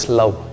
love